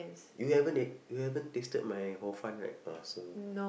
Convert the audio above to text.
you haven't yet you haven't tasted my hor-fun right ah so